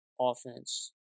offense